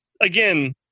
again